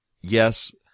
yes